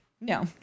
No